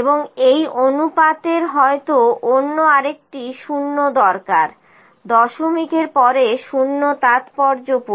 এবংএই অনুপাতের হয়তো অন্য আরেকটি 0 দরকার দশমিকের পরে 0 তাৎপর্যপূর্ণ